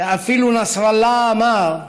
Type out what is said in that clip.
ואפילו נסראללה אמר: